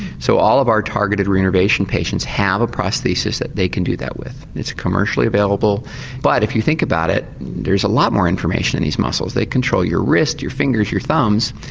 so all of our targeted re-innovation patients have a prosthesis that they can do that with. it's commercially available but if you think about it there's a lot more information in these muscles they control your wrist, your fingers, your thumbs.